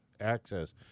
access